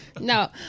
No